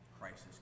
Crisis